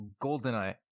Goldeneye